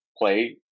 play